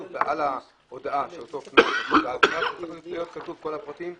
על ההודעה על אותו קנס צריכים להיות כתובים כל הפרטים,